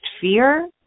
fear